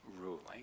ruling